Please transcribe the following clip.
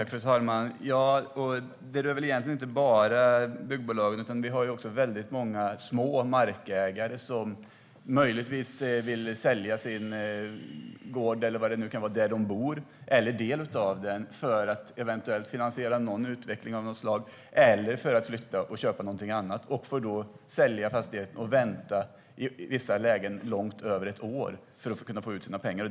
Fru talman! Det rör egentligen inte bara byggbolagen, utan vi har också många små markägare som vill sälja sin gård, eller var de nu bor, eller en del av den, för att finansiera utveckling av något slag, för att flytta eller för att köpa något annat. I vissa lägen får de vänta i långt över ett år med att sälja så att de kan få ut sina pengar.